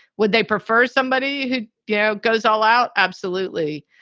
would they prefer somebody who yeah goes all out? absolutely.